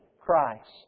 Christ